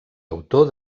autor